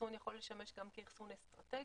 אחסון יכול לשמש גם כאחסון אסטרטגי,